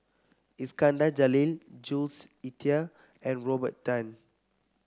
Iskandar Jalil Jules Itier and Robert Tan